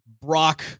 Brock